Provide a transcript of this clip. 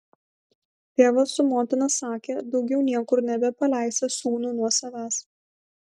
tėvas su motina sakė daugiau niekur nebepaleisią sūnų nuo savęs